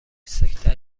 سکته